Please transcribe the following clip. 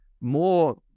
more